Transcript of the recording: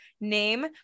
name